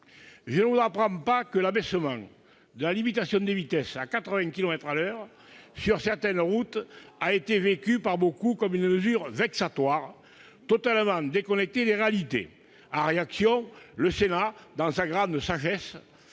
Je ne vous apprends pas que l'abaissement de la limitation de vitesse à 80 kilomètres à l'heure sur certaines routes a été vécu par beaucoup comme une mesure vexatoire, totalement déconnectée des réalités. En réaction, le Sénat, dans sa grande sagesse,